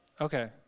Okay